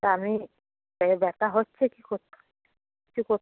তা আমি ব্যথা হচ্ছে কি কর কিছু করতে